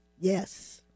Yes